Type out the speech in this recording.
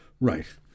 Right